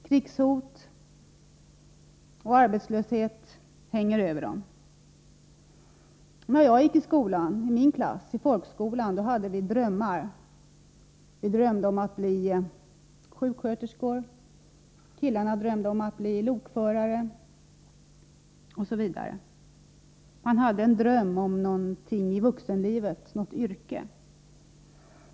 Krigshot och arbetslöshet hänger över dem. Flickorna i min klassi folkskolan hade drömmar om att blit.ex. sjuksköterskor, och killarna drömde om att bli lokförare osv. Man hade en dröm om ett yrke i vuxenlivet.